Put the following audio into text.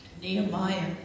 Nehemiah